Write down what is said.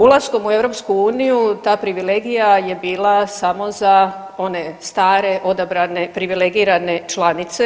Ulaskom u EU ta privilegija je bila samo za one stare, odabrane privilegirane članice.